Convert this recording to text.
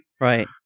Right